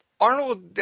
arnold